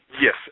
Yes